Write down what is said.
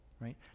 right